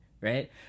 Right